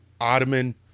Ottoman